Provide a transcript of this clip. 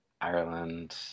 Ireland